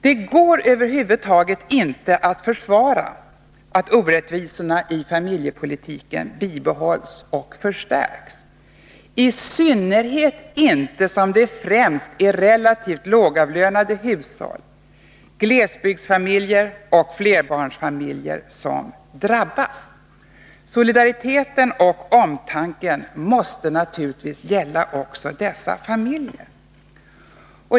Det går över huvud taget inte att försvara att orättvisorna i familjepolitiken bibehålls och förstärks, i synnerhet inte som det främst är relativt lågavlönade hushåll, glesbygdsfamiljer och flerbarnsfamiljer som drabbas. Solidariteten och omtanken måste naturligtvis gälla också dessa familjer.